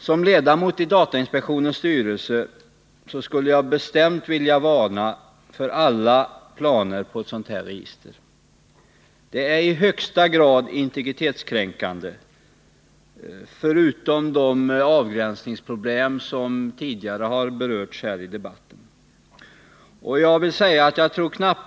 Som ledamot i datainspektionens styrelse skulle jag bestämt vilja varna för alla planer på en sådan registrering. Förutom att det skulle uppstå sådana avgränsningsproblem som tidigare berörts i debatten skulle ett register i högsta grad bli integritetskränkande.